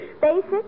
Basic